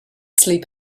sleep